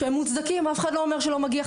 שהם מוצדקים אף אחד לא אומר שלא מגיע,